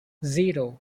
zero